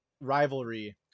rivalry